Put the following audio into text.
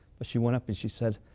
but she went up and she said